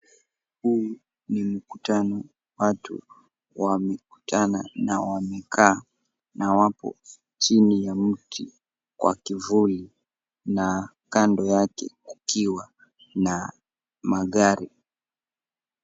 Hii ni mkutano. Watu wamekutana na wamekaa na wapo chini ya mti kwa kivuli na kando yake ikiwa na magari.